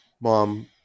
mom